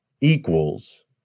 equals